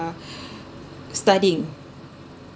studying